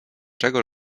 czego